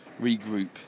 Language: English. regroup